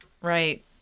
right